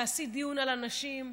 תעשי דיון על הנשים,